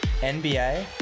NBA